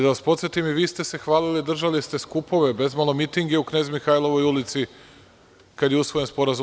Da vas podsetim, i vi ste se hvalili i držali ste skupove, bezmalo mitinge u Knez Mihailovoj ulici kada je usvojen SSP.